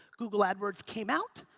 google adwords came out,